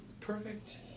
perfect